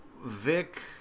Vic